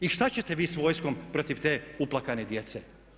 I šta ćete vi s vojskom protiv te uplakane djece.